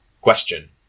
Question